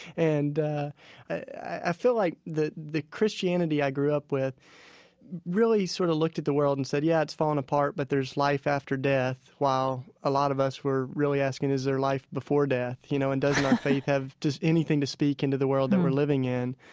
and i felt like the the christianity i grew up with really sort of looked at the world and said, yeah, it's fallen apart, but there is life after death while a lot of us were really asking, is there life before death? you know, and doesn't our faith have just anything to speak into the world that we're living in?